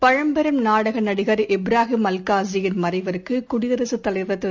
பழம்பெரும் நாடகநடிகர் இப்ராஹிம் அல்காசியின் மறைவுக்குடியரகத் தலைவர் திரு